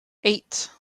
eight